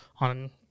on